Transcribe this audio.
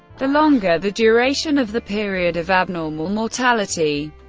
the longer the duration of the period of abnormal mortality.